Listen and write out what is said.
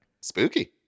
spooky